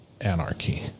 anarchy